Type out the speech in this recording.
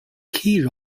key